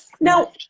Now